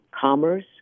Commerce